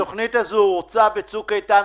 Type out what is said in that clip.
התוכנית הזאת הוצעה בצוק איתן,